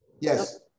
Yes